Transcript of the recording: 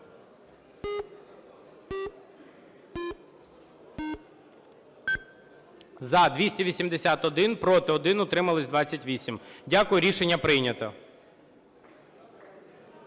За-281 Проти – 1, утримались 28. Дякую. Рішення прийнято.